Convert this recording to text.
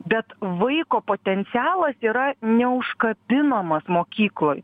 bet vaiko potencialas yra neužkabinamas mokykloj